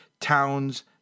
towns